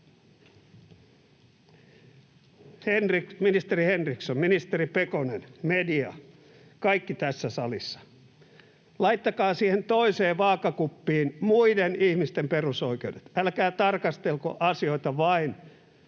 Ministeri Henriksson, ministeri Pekonen, media, kaikki tässä salissa, laittakaa siihen toiseen vaakakuppiin muiden ihmisten perusoikeudet. Älkää tarkastelko asioita vain